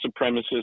supremacists